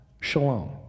Shalom